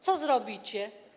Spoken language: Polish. Co zrobicie?